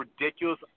ridiculous